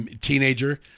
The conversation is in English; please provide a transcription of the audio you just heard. teenager